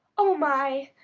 oh, my!